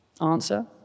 Answer